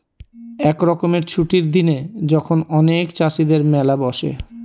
এক রকমের ছুটির দিনে যখন অনেক চাষীদের মেলা বসে